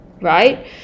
right